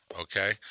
okay